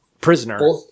prisoner